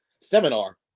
seminar